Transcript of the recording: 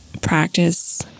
practice